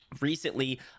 recently